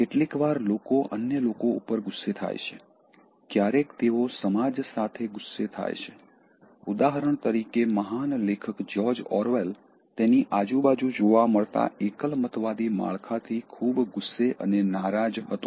કેટલીકવાર લોકો અન્ય લોકો ઉપર ગુસ્સે થાય છે ક્યારેક તેઓ સમાજ સાથે ગુસ્સે થાય છે ઉદાહરણ તરીકે મહાન લેખક જ્યોર્જ ઓરવેલ તેની આજુબાજુ જોવા મળતા એકલમતવાદી માળખાથી ખૂબ ગુસ્સે અને નારાજ હતો